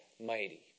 mighty